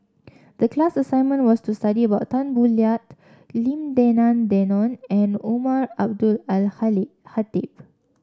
the class assignment was to study about Tan Boo Liat Lim Denan Denon and Umar Abdullah Al Khatib